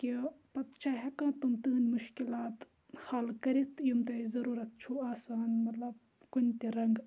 کہِ پَتہٕ چھا ہیٚکان تِم تہنٛد مُشکِلات حَل کٔرِتھ یِم تۄہہِ ضرورت چھو آسان مَطلَب کُنہِ تہِ رَنگہٕ